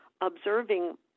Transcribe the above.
observing